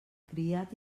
criat